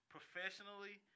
Professionally